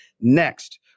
Next